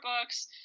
books